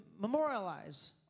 memorialize